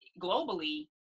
globally